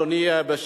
אדוני, תודה רבה.